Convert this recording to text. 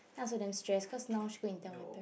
I also damn stress cause now she go and tell my parents